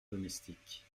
domestique